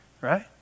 Right